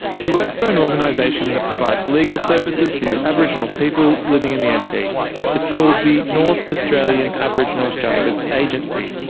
she works for an organisation that provides legal services to aboriginal people living in the and nt it's called the north australian aboriginal justice agency,